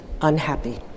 unhappy